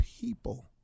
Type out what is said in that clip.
people